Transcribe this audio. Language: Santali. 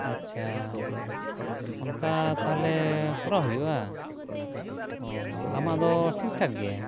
ᱟᱪᱪᱷᱟ ᱚᱱᱠᱟ ᱛᱟᱦᱞᱮ ᱠᱚᱨᱟᱣ ᱦᱩᱭᱩᱜᱼᱟ ᱚᱼᱦᱚ ᱟᱢᱟᱜ ᱫᱚ ᱴᱷᱤᱠᱴᱷᱟᱠ ᱜᱮᱭᱟ